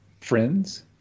friends